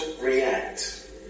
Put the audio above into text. react